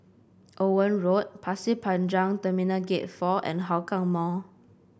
Owen Road Pasir Panjang Terminal Gate Four and Hougang Mall